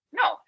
no